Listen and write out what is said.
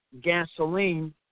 gasoline